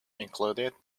included